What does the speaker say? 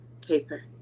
paper